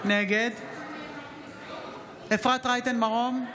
נגד אפרת רייטן מרום,